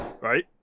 right